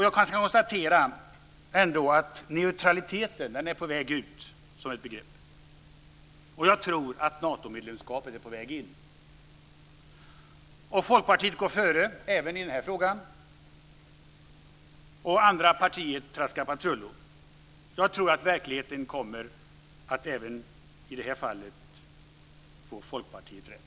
Jag kan konstatera att neutraliteten är på väg ut som ett begrepp, och jag tror att Natomedlemskapet är på väg in. Folkpartiet går före även i den här frågan, och andra partier traskar patrullo. Jag tror att verkligheten även i det här fallet kommer att ge Folkpartiet rätt.